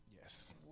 yes